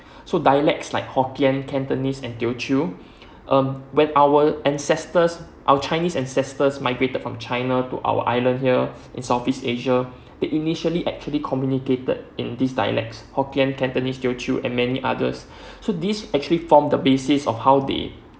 so dialects like hokkien cantonese and teochew um when our ancestors our chinese ancestors migrated from china to our island here in south east asia they initially actually communicated in this dialects hokkien cantonese teochew and many others so this actually form the basis of how they